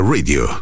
Radio